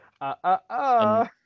Uh-uh-uh